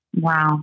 Wow